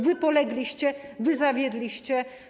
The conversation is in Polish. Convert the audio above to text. Wy polegliście, wy zawiedliście.